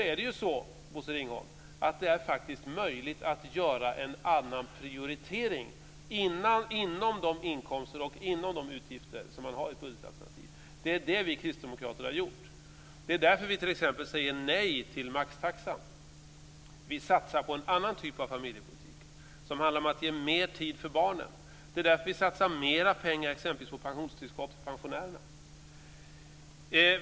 Men, Bosse Ringholm, det är faktiskt möjligt att göra en annan prioritering inom de inkomster och utgifter som man har i ett budgetalternativ. Det är det vi kristdemokrater har gjort. Det är därför vi t.ex. säger nej till maxtaxan. Vi satsar på en annan typ av familjepolitik som handlar om att ge mer tid för barnen. Det är därför vi satsar mer pengar exempelvis på pensionstillskott för pensionärerna.